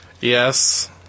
yes